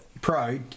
pro